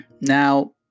Now